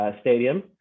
stadium